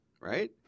right